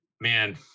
man